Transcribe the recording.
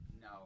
No